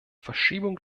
verschiebung